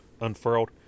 unfurled